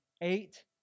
eight